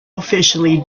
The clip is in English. officially